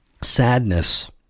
sadness